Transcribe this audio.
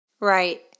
Right